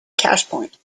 cashpoint